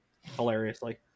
hilariously